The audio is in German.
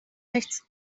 nichts